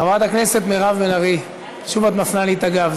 חברת הכנסת מירב בן ארי, שוב את מפנה לי את הגב.